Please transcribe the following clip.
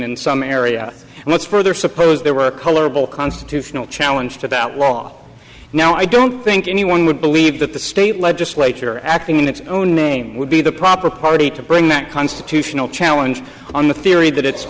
in some area and let's further suppose there were a colorable constitutional challenge to that wall now i don't think anyone would believe that the state legislature acting in its own name would be the proper party to bring that constitutional challenge on the theory that it